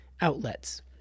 outlets